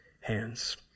hands